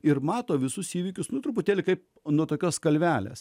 ir mato visus įvykius nuo truputėlį kaip nuo tokios kalvelės